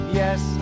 yes